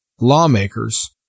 lawmakers